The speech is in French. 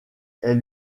elle